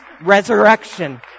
resurrection